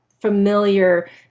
familiar